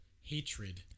hatred